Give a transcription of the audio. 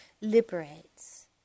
liberates